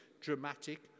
dramatic